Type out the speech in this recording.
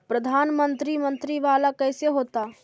प्रधानमंत्री मंत्री वाला कैसे होता?